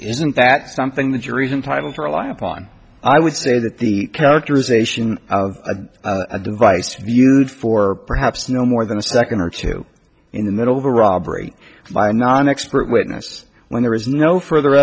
that that's something the jury's entitled to rely upon i would say that the characterization of a device viewed for perhaps no more than a second or two in the middle of a robbery by a non expert witness when there is no further